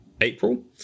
April